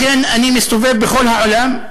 לכן אני מסתובב בכל העולם,